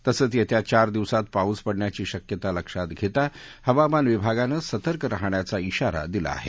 तसंच येत्या चार दिवसात पाऊस पडण्याची शक्यता लक्षात घेता हवामान विभागानं सतर्क राहण्याचा शिवारा दिला आहे